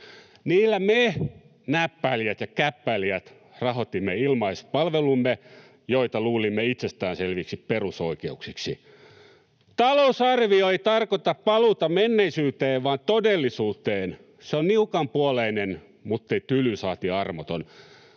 Niillä me näppäilijät ja käppäilijät rahoitimme ilmaispalvelumme, joita luulimme itsestään selviksi perusoikeuksiksi. Talousarvio ei tarkoita paluuta menneisyyteen vaan todellisuuteen. Se on niukanpuoleinen, muttei tyly saati armoton.